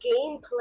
gameplay